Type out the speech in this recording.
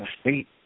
state